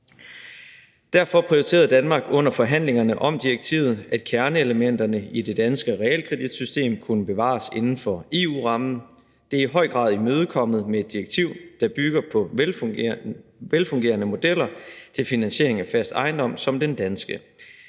Derfor prioriterede Danmark under forhandlingerne om direktivet, at kerneelementerne i det danske realkreditsystem kunne bevares inden for EU-rammen. Det er i høj grad imødekommet med et direktiv, der bygger på velfungerende modeller til finansiering af fast ejendom som den danske.